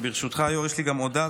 ברשותך היו"ר, יש לי גם הודעה.